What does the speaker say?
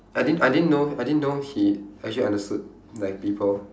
I didn~ I didn't know I didn't know he actually understood like people